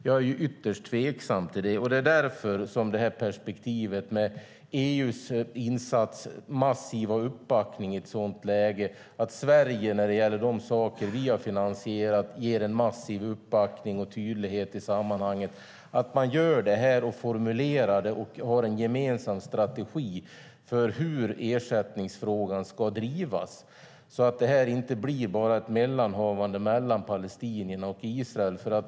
Jag är ytterst tveksam till det. Det är där perspektivet med EU:s insats och massiva uppbackning i ett sådant läge kommer in och att Sverige när det gäller de saker vi har finansierat ger en massiv uppbackning och tydlighet i sammanhanget. Man får lov att göra det här, formulera det och ha en gemensam strategi för hur ersättningsfrågan ska drivas så att det här inte blir bara ett mellanhavande mellan palestinierna och Israel.